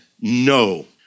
no